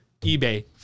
eBay